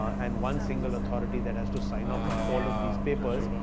and one single authority that has to sign off on all of these papers,